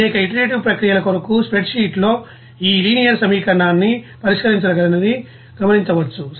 అనేక ఇటరేటివ్ ప్రక్రియల కొరకు స్ప్రెడ్ షీట్ లో ఈ లీనియర్ సమీకరణాన్ని పరిష్కరించగలరని గమనించవచ్చు